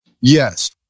Yes